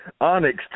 Onyx